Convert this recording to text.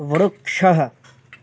वृक्षः